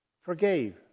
forgave